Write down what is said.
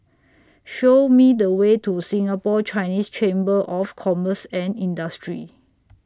Sow Me The Way to Singapore Chinese Chamber of Commerce and Industry